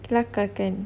kelakar kan